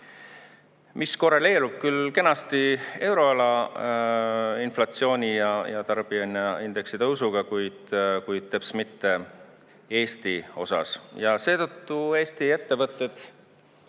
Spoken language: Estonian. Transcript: mis korreleerub küll kenasti euroala inflatsiooni ja tarbijahinnaindeksi tõusuga, kuid kuid teps mitte Eesti osas. Ja seetõttu Eesti ettevõtted saavad